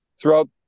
Throughout